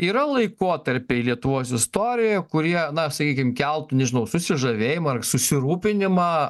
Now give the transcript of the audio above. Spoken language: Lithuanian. yra laikotarpiai lietuvos istorijoje kurie na sakykim keltų nežinau susižavėjimą ar susirūpinimą